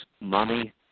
money